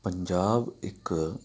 ਪੰਜਾਬ ਇੱਕ